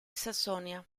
sassonia